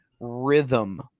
rhythm